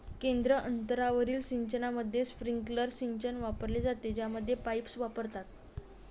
केंद्र अंतरावरील सिंचनामध्ये, स्प्रिंकलर सिंचन वापरले जाते, ज्यामध्ये पाईप्स वापरतात